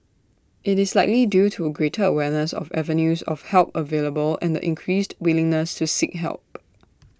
IT is likely due to greater awareness of avenues of help available and the increased willingness to seek help